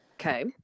Okay